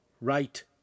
right